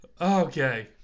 Okay